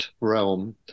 realm